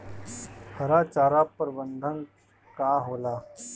हरा चारा प्रबंधन का होला?